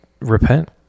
repent